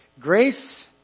Grace